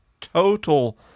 total